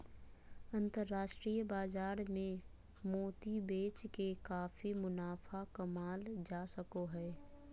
अन्तराष्ट्रिय बाजार मे मोती बेच के काफी मुनाफा कमावल जा सको हय